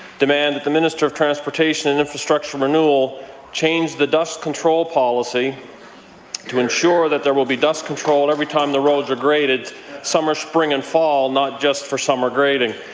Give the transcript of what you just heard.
demand that the minister of transportation and infrastructure renewal change the dust control policy to ensure that there will be dust control every time the roads are graded summer, spring, and fall! not just for the summer grading.